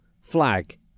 flag